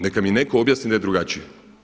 Neka mi netko objasni da je drugačije?